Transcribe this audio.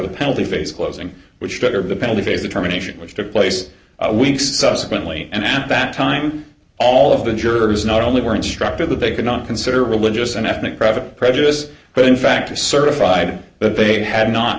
the penalty phase closing which triggered the penalty phase determination which took place weeks subsequently and at that time all of the jurors not only were instructed that they could not consider religious and ethnic private prejudice but in fact a certified that they had not